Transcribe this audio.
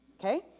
okay